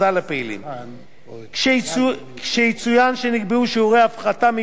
כשיצוין שנקבעו שיעורי הפחתה מיוחדים לדירוגים שקיבלו